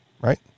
Right